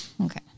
Okay